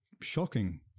shocking